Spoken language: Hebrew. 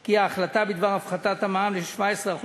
כי ההחלטה בדבר הפחתת המע"מ ל-17%